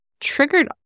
triggered